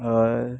ᱦᱳᱭ